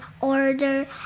order